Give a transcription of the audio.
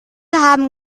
haben